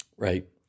Right